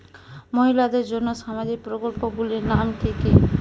মহিলাদের জন্য সামাজিক প্রকল্প গুলির নাম কি কি?